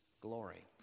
glory